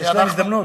שיש לה הזדמנות.